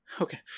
Okay